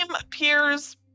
appears